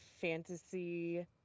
fantasy